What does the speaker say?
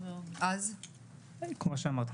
כמו שאמרתי,